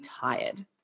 tired